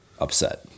upset